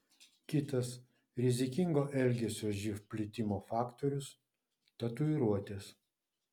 kitas rizikingo elgesio živ plitimo faktorius tatuiruotės